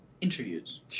interviews